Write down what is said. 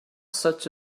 such